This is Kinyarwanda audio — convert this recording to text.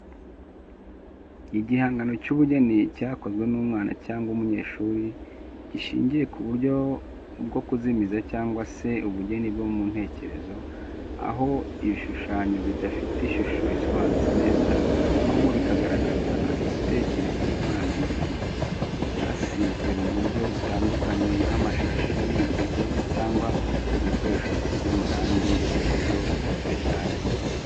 Igihangano cy’ubugeni cyakozwe n’umwana cyangwa umunyeshuri, gishingiye ku buryo bwo kuzimiza cyangwa se ubugeni bwo mu ntekerezo, aho ibishushanyo bidafite ishusho isobanutse neza, ahubwo bikagaragaza ibitekerezo n’amarangamutima. Ryasizwe mu buryo butandukanye nk’amashashi, imigozi cyangwa ibikoresho bisize amarangi mu buryo butajyanye.